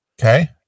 Okay